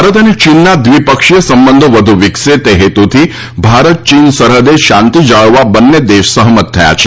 ભારત અને ચીનના દ્વિપક્ષીય સંબંધો વધુ વિકસે તે હેતુથી ભારત ચીન સરહૃદે શાંતિ જાળવવા બંને દેશ સહૃમત થયા છે